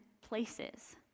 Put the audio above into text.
places